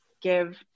give